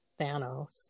Thanos